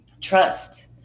Trust